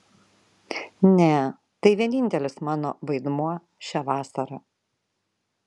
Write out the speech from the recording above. ne tai vienintelis mano vaidmuo šią vasarą